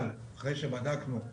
אבל אחרי שבדקנו,